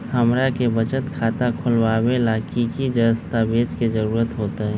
हमरा के बचत खाता खोलबाबे ला की की दस्तावेज के जरूरत होतई?